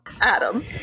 adam